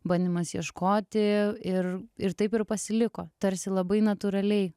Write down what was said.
bandymas ieškoti ir ir taip ir pasiliko tarsi labai natūraliai